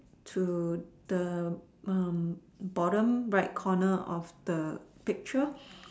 to the bottom right corner of the picture